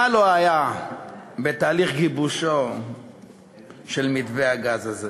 מה לא היה בתהליך גיבושו של מתווה הגז הזה?